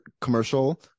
commercial